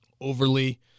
overly